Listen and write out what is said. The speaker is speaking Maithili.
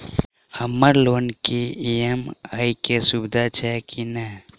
हम्मर लोन केँ ई.एम.आई केँ सुविधा छैय की नै?